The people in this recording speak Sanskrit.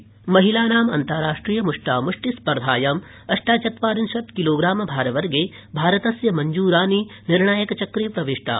मुष्टामुष्टि महिलानाम् अन्ताराष्ट्रियमुष्टा मुष्टिस्पर्धायां अष्टाचत्वारिशत् किलोग्रामभारवर्गे भारतस्य मंजू रानी निर्णायकचक्रे प्रविष्टा